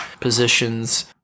positions